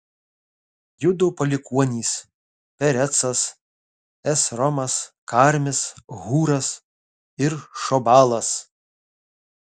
judo palikuonys perecas esromas karmis hūras ir šobalas